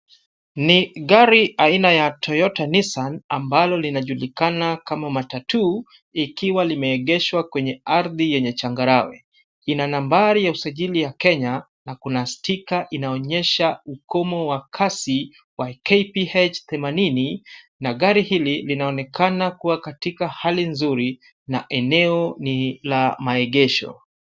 Ni gari aina ya toyota nissan ambalo linajulikana kama matatu ikiwa limeegeshwa kwenye ardhi yenye changarawe. Ina nambari ya usajili ya Kenya na kuna stika inaonyesha ukumu wa kasi wa KBH themanini na gari hili linaonekana kuwa katika hali nzuri na eneo ni la maegesho.